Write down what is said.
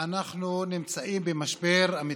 אנחנו נמצאים במשבר אמיתי,